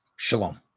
Shalom